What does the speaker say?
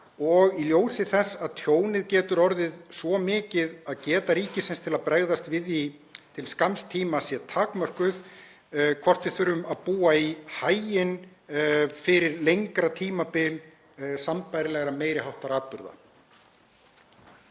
og í ljósi þess að tjónið getur orðið svo mikið að geta ríkisins til að bregðast við því til skamms tíma er takmörkuð? Þurfum við að búa í haginn fyrir lengra tímabil sambærilegra meiri háttar atburða?